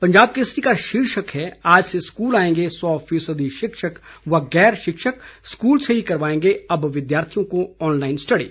पंजाब केसरी का शीर्षक है आज से स्कूल आएंगे सौ फीसदी शिक्षक व गैर शिक्षक स्कूल से ही करवाएंगे अब विद्यार्थियों को ऑनलाइन स्टडी